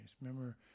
Remember